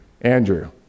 Andrew